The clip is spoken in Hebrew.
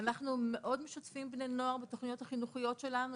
אנחנו מאוד משתפים בני נוער בתוכניות החינוכיות שלנו.